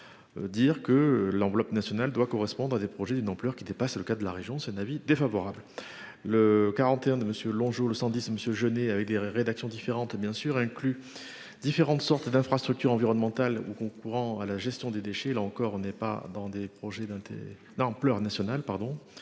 Dire que l'enveloppe nationale doit correspondre à des projets d'une ampleur qui n'pas. C'est le cas de la région. C'est un avis défavorable. Le 41 de monsieur Longeau le 110 Monsieur avec des rédactions différentes bien sûr incluent différentes sortes d'infrastructures environnementales ou concourant à la gestion des déchets, là encore on est pas dans des projets d'dans